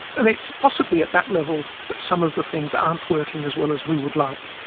and it's possibly at that level that some of the things aren't working as well as we would like.